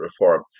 reform